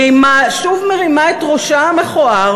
והיא שוב מרימה את ראשה המכוער,